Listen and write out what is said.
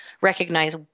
recognize